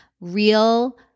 real